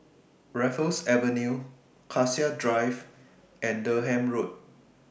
Raffles Avenue Cassia Drive and Durham Road